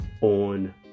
on